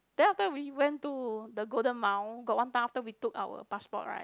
then after we went to the Golden Mile got one time after we took our passport right